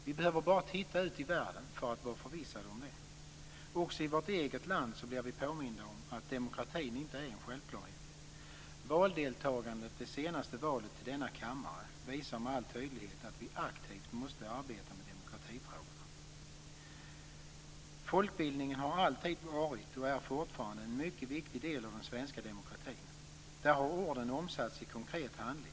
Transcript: Vi behöver bara titta ut i världen för att vara förvissade om det. Också i vårt eget land blir vi påminda om att demokratin inte är en självklarhet. Valdeltagandet i det senaste valet till denna kammare visar med all tydlighet att vi aktivt måste arbeta med demokratifrågorna. Folkbildningen har alltid varit, och är fortfarande, en mycket viktig del av den svenska demokratin. Den har omsatt orden i konkret handling.